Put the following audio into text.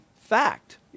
fact